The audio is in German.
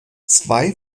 zwei